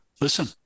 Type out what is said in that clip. Listen